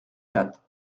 quatre